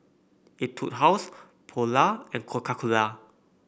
Etude House Polar and Coca Cola